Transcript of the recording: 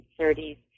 1930s